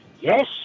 yes